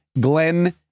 Glenn